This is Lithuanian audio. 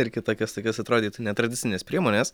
ir kitokias tokias atrodytų netradicinės priemones